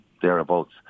thereabouts